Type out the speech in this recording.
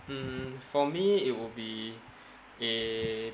mm for me it will be a